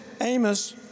Amos